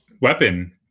weapon